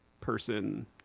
person